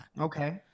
okay